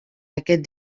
aquest